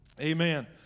Amen